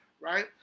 right